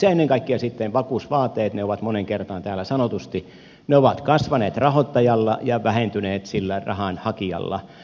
ennen kaikkea sitten vakuusvaateet ovat moneen kertaan täällä sanotusti kasvaneet rahoittajalla ja vähentyneet sillä rahanhakijalla